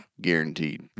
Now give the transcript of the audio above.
Guaranteed